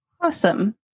Awesome